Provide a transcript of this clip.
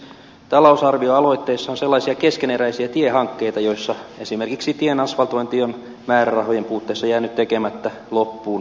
talousarvioaloitteissa on sellaisia keskeneräisiä tiehankkeita joissa esimerkiksi tien asfaltointi on määrärahojen puutteessa jäänyt tekemättä loppuun koko tieosuudelle